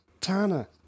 Tana